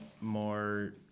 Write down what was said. more